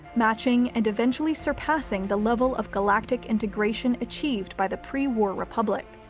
matching and eventually surpassing the level of galactic integration achieved by the pre-war republic.